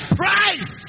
price